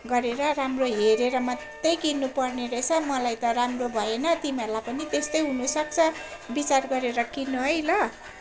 गरेर राम्रो हेरेर मात्रै किन्नुपर्ने रहेछ मलाई त राम्रो भएन तिमीहरूलाई पनि त्यस्तै हुनसक्छ विचार गरेर किन्नु है ल